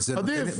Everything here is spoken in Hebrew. עדיף.